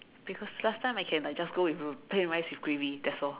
because last time I can like just go with plain rice with gravy that's all